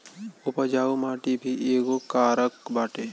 उपजाऊ माटी भी एगो कारक बाटे